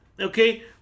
Okay